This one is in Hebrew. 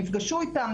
נפגשו איתן,